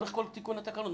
לאורך כל תיקון התקנות,